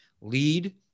Lead